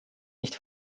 nicht